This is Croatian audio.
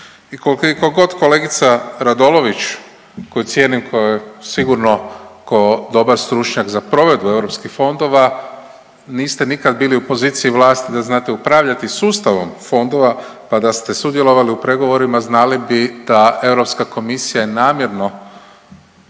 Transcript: i koliko god kolegica Radolović koju cijenim kao sigurno kao dobar stručnjak za provedbu EU fondova, niste nikad bili u poziciji vlasti da znate upravljati sustavom fondova pa da ste sudjelovali u pregovorima, znali bi da EK je namjerno